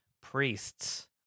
priests